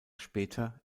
später